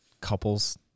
couples